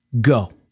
Go